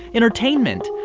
entertainment.